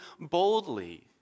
boldly